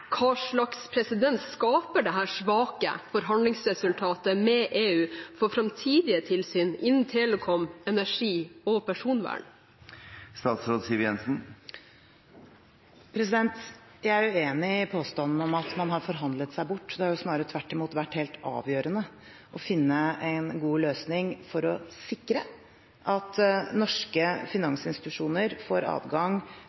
Hva slags presedens skaper dette svake forhandlingsresultatet med EU for framtidige tilsyn innen telekom, energi og personvern? Jeg er uenig i påstanden om at man har forhandlet seg bort. Det har snarere tvert imot vært helt avgjørende å finne en god løsning for å sikre at norske